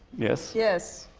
yes? yes.